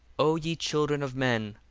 o ye children of men,